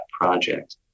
project